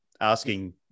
asking